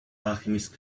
alchemist